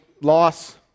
loss